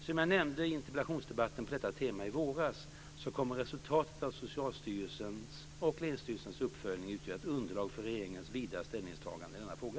Som jag nämnde i interpellationsdebatten på detta tema i våras så kommer resultatet av Socialstyrelsens och länsstyrelsernas uppföljningar att utgöra ett underlag för regeringens vidare ställningstagande i denna fråga.